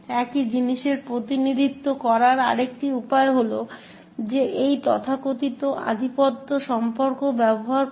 একই জিনিসের প্রতিনিধিত্ব করার আরেকটি উপায় হল এই তথাকথিত আধিপত্য সম্পর্ক ব্যবহার করে